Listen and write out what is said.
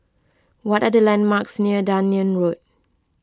what are the landmarks near Dunearn Road